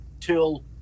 till